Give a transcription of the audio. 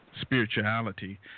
spirituality